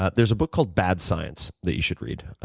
ah there's a book called bad science that you should read.